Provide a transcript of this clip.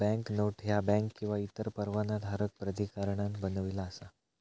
banknote ह्या bank किंवा इतर परवानाधारक प्राधिकरणान बनविली असा